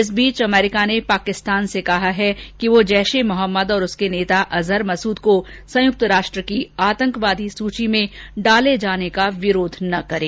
इस बीच अमेरिका ने पाकिस्तान से कहा है कि वह जैश ए मोहम्मद और उसके नेता अजहर मसूद को संयुक्त राष्ट्र की आतंकवादी सूची में डाले जाने का विरोध नहीं करें